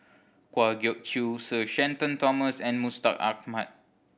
Kwa Geok Choo Sir Shenton Thomas and Mustaq Ahmad